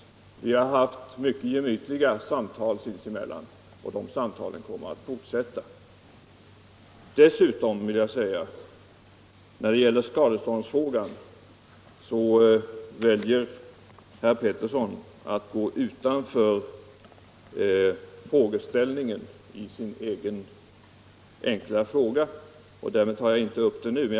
Vi har haft informativa och gemvytliga samtal, och dessa samtal kommer att fortsätta. När det gäller skadeståndsfrågan väljer herr Pettersson att gå utanför frågeställningen i sin enkla fråga. Därför tar jag inte upp den saken nu.